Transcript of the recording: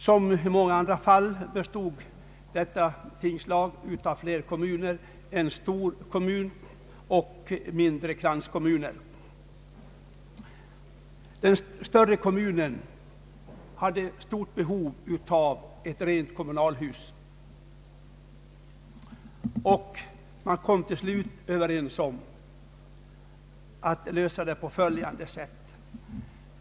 Som i många andra fall bestod detta tingslag av flera kommuner: en storkommun och några mindre kranskommuner. Den större kommunen hade stort behov av ett kommunalhus. Man kom till slut överens om att lösa frågan på följande sätt.